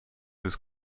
was